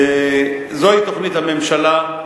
זוהי תוכנית הממשלה.